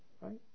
Right